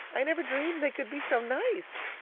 i never dreamed they could be so nice.